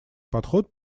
подход